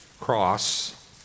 Cross